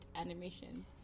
animation